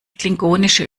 klingonische